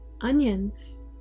Onions